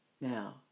now